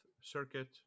Circuit